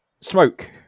Smoke